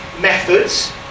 methods